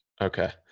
Okay